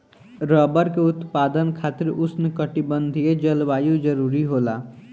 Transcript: rubber के उत्पादन खातिर उष्णकटिबंधीय जलवायु जरुरी होला